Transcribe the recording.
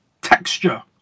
texture